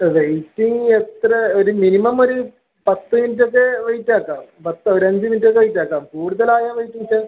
waiting എത്ര ഒരു minimum ഒരു പത്ത് മിനിറ്റ് ഒക്കെ വെയിറ്റ് ആക്കാം പത്ത് ഒരു അഞ്ച് മിനിട്ടൊക്കെ വെയിറ്റ് ആക്കാം കൂടുതൽ ആയാൽ വെയിറ്റിംഗിന്